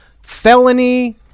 Felony